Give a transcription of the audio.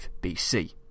BC